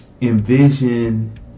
envision